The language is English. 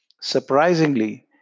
Surprisingly